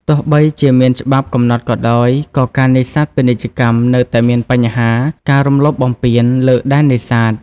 ទោះបីជាមានច្បាប់កំណត់ក៏ដោយ ក៏ការនេសាទពាណិជ្ជកម្មនៅតែមានបញ្ហា ការរំលោភបំពាន លើដែននេសាទ។